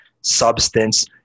substance